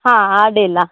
ಹಾಂ ಅಡ್ಡಿಲ್ಲ